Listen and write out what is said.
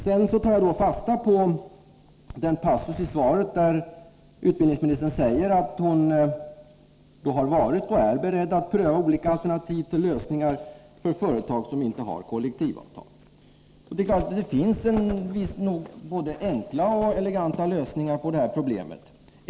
Jag tar sedan fasta på den passus i svaret där utbildningsministern säger att hon har varit och är beredd att pröva olika alternativ till lösningar för företag som inte har kollektivavtal. Det finns nog både enkla och eleganta lösningar på det här problemet.